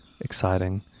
exciting